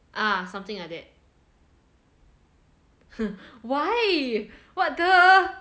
ah something like that why what the